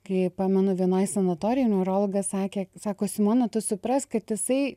kai pamenu vienoj sanatorijoj neurologas sakė sako simona tu suprask kad jisai